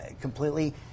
completely